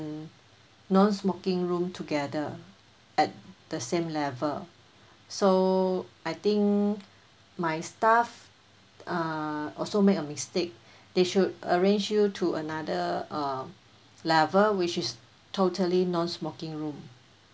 non-smoking room together at the same level so I think my staff uh also made a mistake they should arrange you to another uh level which is totally non-smoking room